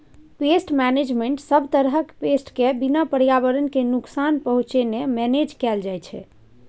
pest मेनेजमेन्टमे सब तरहक पेस्ट केँ बिना पर्यावरण केँ नुकसान पहुँचेने मेनेज कएल जाइत छै